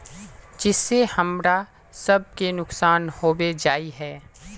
जिस से हमरा सब के नुकसान होबे जाय है?